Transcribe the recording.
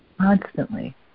constantly